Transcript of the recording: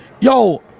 yo